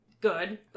Good